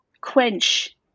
quench